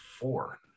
four